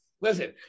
Listen